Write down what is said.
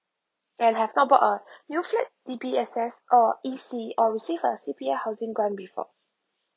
and have not bought a new flat D_B_S_S or E_C or receive a C_P_F housing grant before